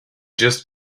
just